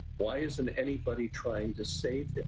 why isn't anybody trying to save him?